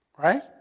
Right